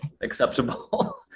acceptable